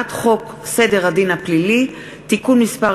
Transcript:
הצעת חוק סדר הדין הפלילי (תיקון מס'